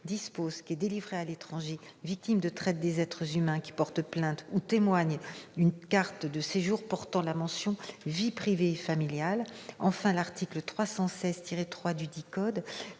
prévoit qu'est délivrée à l'étranger victime de traite des êtres humains, qui porte plainte ou témoigne, une carte de séjour portant la mention « vie privée et familiale ».